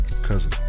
Cousin